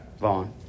Vaughn